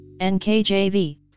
NKJV